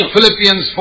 Philippians